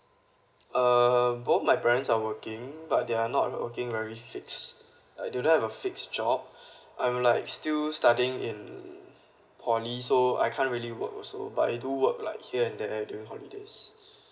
err both my parents are working but they are not working very fixed uh do not have a fixed job I'm like still studying in poly so I can't really work also but it do work like here and there during holidays